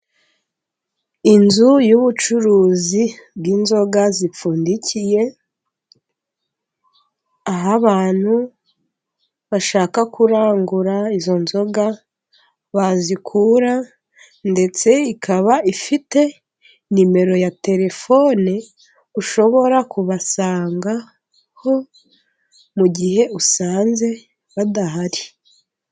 Inzu y'ubucuruzi bw'inzoga zipfundikiye, aho abantu bashaka kurangura izo nzoga bazikura ndetse ikaba ifite nimero ya telefone ushobora kubasangaho mu gihe usanze badahari.